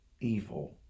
evil